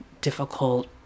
difficult